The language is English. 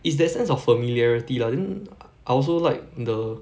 it's that sense of familiarity lah then I also like the